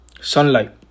sunlight